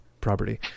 property